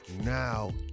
Now